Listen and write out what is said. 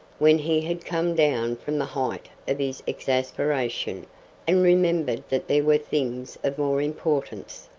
when he had come down from the height of his exasperation and remembered that there were things of more importance.